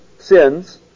sins